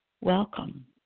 welcome